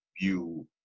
view